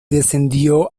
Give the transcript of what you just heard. descendió